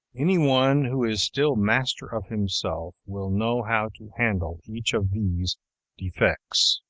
anyone who is still master of himself will know how to handle each of these defects.